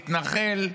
מתנחל,